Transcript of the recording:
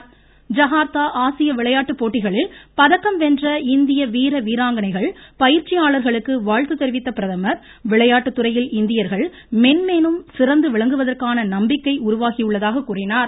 Jakarta ஆசிய விளையாட்டுப் போட்டிகளில் பதக்கம் வென்ற இந்திய வீர வீராங்கணைகள் பயிற்சியாளர்களுக்கு வாழ்த்து தெரிவித்த பிரதமர் விளையாட்டு துறையில் இந்தியர்கள் மென்மேலும் சிறந்து விளங்குவதற்கான நம்பிக்கை உருவாகியுள்ளதாக கூறினார்